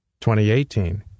2018